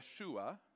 yeshua